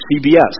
CBS